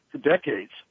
decades